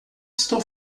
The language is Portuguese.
estou